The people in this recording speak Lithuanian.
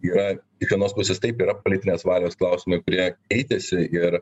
yra iš vienos pusės taip yra politinės valios klausimai kurie keitėsi ir